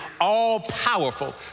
all-powerful